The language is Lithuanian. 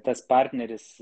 tas partneris